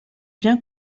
bien